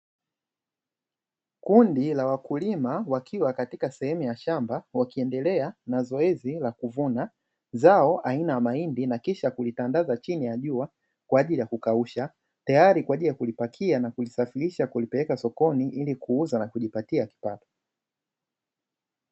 Kundi la wakulima wakiwa katika sehemu ya shamba wakiendelea na zoezi la kuvuna zao aina ya mahindi na kisha kulitandaza chini ya jua kwa ajili ya kukausha, tayari kwa ajili ya kulipakia na kulisafirisha kulipeleka sokoni ili kuuza na kujipatia kipato.